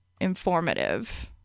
informative